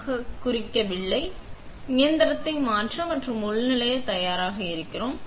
எனவே நாங்கள் இயந்திரத்தை மாற்ற மற்றும் உள்நுழைய தயாராக இருக்கிறோம்